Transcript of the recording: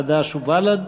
חד"ש ובל"ד: